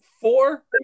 Four